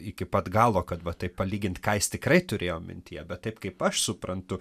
iki pat galo kad va taip palygint ką jis tikrai turėjo mintyje bet taip kaip aš suprantu